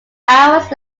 hours